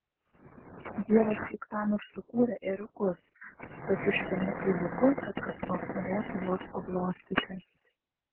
dievas juk tam ir sukūrė ėriukus su tokiu švelniu kailiuku kad kas nors norėtų juos paglostyti